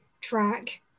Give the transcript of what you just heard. track